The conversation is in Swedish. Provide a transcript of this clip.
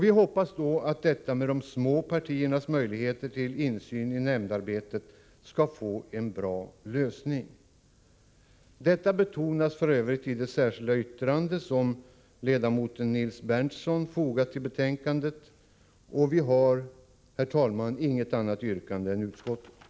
Vi hoppas att frågan om småpartiernas möjligheter till insyn i nämndarbetet skall få en bra lösning. Detta betonas f.ö. i det särskilda yttrande som ledamoten Nils Berndtson fogat till betänkandet. Vi har inget annat yrkande än utskottet.